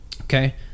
okay